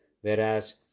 whereas